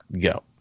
go